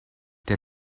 der